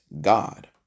God